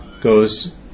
Goes